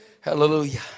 Hallelujah